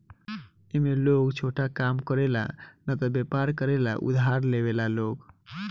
ए में लोग छोटा काम करे ला न त वयपर करे ला उधार लेवेला लोग